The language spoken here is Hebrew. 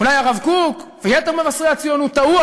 אולי הרב קוק ויתר מבשרי הציונות טעו,